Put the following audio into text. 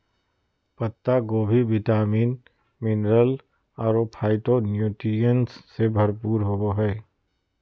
पत्ता गोभी vitamin, mineral अरो फाइटोन्यूट्रिएंट्स से भरपूर होबा हइ